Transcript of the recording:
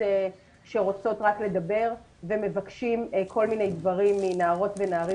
שרוצות רק לדבר ומבקשים כל מיני דברים מנערות ונערים